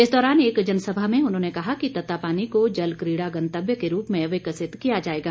इस दौरान एक जनसभा में उन्होंने कहा कि तत्तापानी को जल कीड़ा गंतव्य के रूप में विकसित किया जाएगा